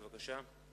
בבקשה.